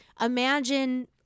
imagine